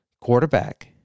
quarterback